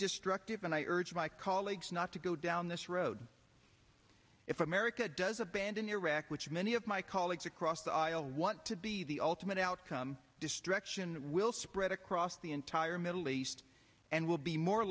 destructive and i urge my colleagues not to go down this road if america does abandon iraq which many of my colleagues across the aisle want to be the ultimate outcome distraction will spread across the entire middle east and will be more